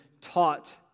taught